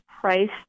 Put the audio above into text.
Price